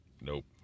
nope